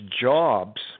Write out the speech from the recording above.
jobs